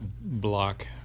block